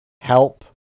help